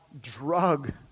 drug